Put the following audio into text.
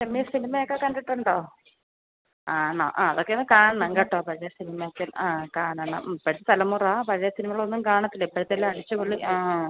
ചെമ്മീൻ സിനിമയക്കെ കണ്ടിട്ടുണ്ടോ ആണോ ആ അതൊക്കെ ഒന്ന് കാണണം കേട്ടോ പഴയ സിനിമയൊക്കെ ആ കാണണം ഇപ്പോഴത്ത തലമുറ പഴയ സിനിമകളൊന്നും കാണത്തില്ല ഇപ്പോഴത്തെ എല്ലാ അടിച്ച് പൊളി ആ